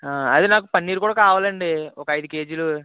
అదే నాకు పన్నీరు కూడా కావలండి ఒక ఐదు కేజీలు